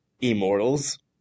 immortals